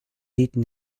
eaten